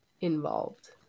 involved